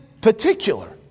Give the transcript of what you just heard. particular